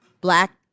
Black